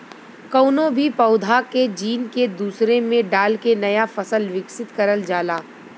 कउनो भी पौधा के जीन के दूसरे में डाल के नया फसल विकसित करल जाला